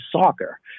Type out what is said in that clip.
soccer